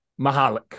Mahalik